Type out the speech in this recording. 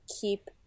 keep